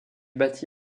bâti